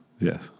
Yes